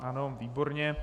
Ano, výborně.